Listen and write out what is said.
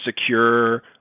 secure